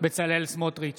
בצלאל סמוטריץ'